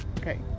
Okay